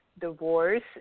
divorce